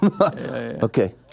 Okay